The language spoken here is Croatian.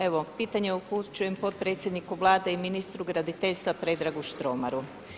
Evo, pitanje upućujem potpredsjedniku Vlade i ministru graditeljstva Predragu Štromaru.